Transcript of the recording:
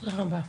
תודה רבה.